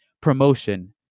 promotion